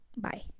bye